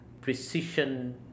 precision